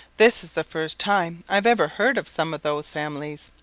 this is the first time i've ever heard of some of those families,